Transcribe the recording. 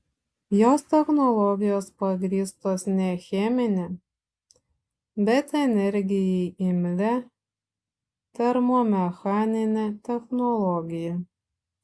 jos technologijos pagrįstos ne chemine bet energijai imlia termomechanine technologija